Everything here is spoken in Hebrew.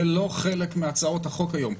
זה לא חלק מהצעות החוק היום.